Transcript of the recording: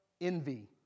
Envy